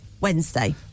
Wednesday